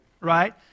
right